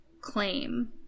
claim